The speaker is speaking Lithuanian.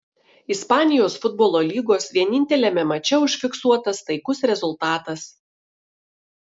ispanijos futbolo lygos vieninteliame mače užfiksuotas taikus rezultatas